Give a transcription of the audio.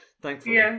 thankfully